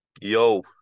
Yo